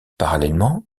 parallèlement